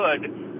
good